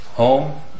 Home